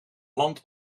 land